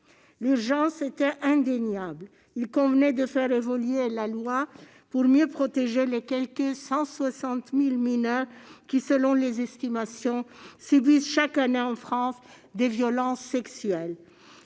L'urgence était indéniable ; il convenait de faire évoluer la loi pour mieux protéger les quelque 160 000 mineurs qui, selon les estimations, subissent chaque année en France des violences sexuelles.